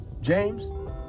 James